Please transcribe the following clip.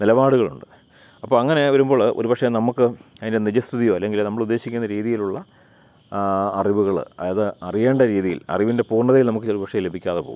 നിലപാടുകളുണ്ട് അപ്പം അങ്ങനെ വരുമ്പോൾ ഒരുപക്ഷേ നമുക്ക് അതിൻ്റെ നിജസ്ഥിതിയോ അല്ലെങ്കിൽ നമ്മൾ ഉദ്ദേശിക്കുന്ന രീതിയിലുള്ള അറിവുകൾ അത് അറിയേണ്ട രീതിയിൽ അറിവിൻ്റെ പൂർണതയിൽ നമുക്ക് ഒരുപക്ഷേ ലഭിക്കാതെ പോവും